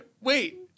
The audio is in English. Wait